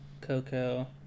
Coco